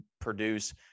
produce